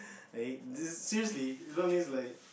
hey this seriously isn't this like